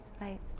right